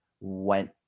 went